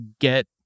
get